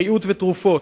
בריאות ותרופות,